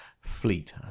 fleet